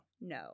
No